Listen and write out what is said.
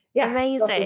amazing